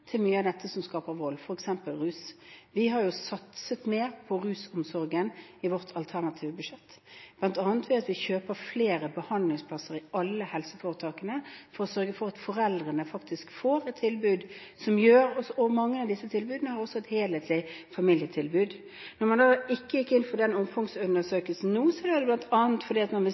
til mye av det som skaper vold, f.eks. rus. Vi har satset mer på rusomsorgen i vårt alternative budsjett, bl.a. ved at vi kjøper flere behandlingsplasser i alle helseforetakene for å sørge for at foreldrene faktisk får et tilbud. Mange av disse tilbudene er også helhetlige familietilbud. Når man ikke gikk inn for den omfangsundersøkelsen nå, er det bl.a. fordi man